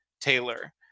Taylor